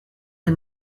des